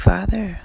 Father